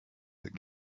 that